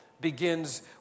begins